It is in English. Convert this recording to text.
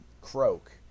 croak